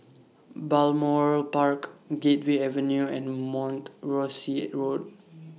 Balmoral Park Gateway Avenue and Mount Rosie Road